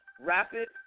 rapid